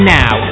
now